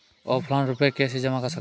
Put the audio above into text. Offline रुपये कैसे जमा कर सकते हैं?